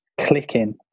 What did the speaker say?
clicking